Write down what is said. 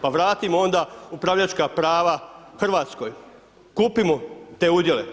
Pa vratimo onda upravljačka prava Hrvatskoj, kupimo te udjele.